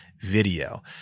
video